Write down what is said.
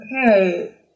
Okay